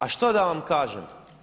A što da vam kažem?